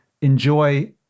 enjoy